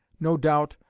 no doubt,